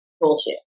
bullshit